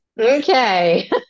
Okay